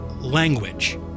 language